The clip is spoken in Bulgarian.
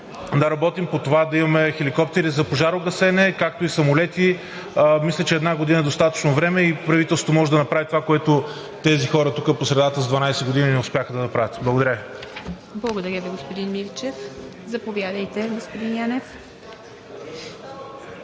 да работим по това да имаме хеликоптери за пожарогасене, както и самолети? Мисля, че една година е достатъчно време и правителството може да направи това, което тези хора тук по средата за 12 години не успяха да направят. Благодаря Ви. ПРЕДСЕДАТЕЛ ИВА МИТЕВА: Благодаря Ви, господин Мирчев. Заповядайте, господин Янев.